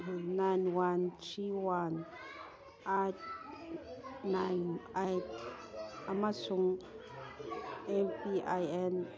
nine one three one eight nine eight ꯑꯃꯁꯨꯡ M P I and